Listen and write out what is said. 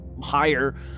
higher